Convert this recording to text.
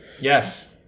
Yes